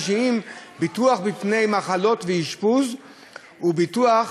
אישיים" ביטוח מפני מחלות ואשפוז וביטוח,